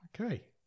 Okay